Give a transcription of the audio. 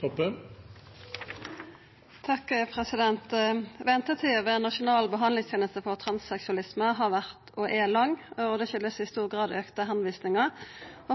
dette området. Ventetida ved Nasjonal behandlingsteneste for transseksualisme har vore og er lang, og det kjem i stor grad av fleire tilvisingar.